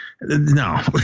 No